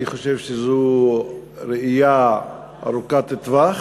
אני חושב שזו ראייה ארוכת טווח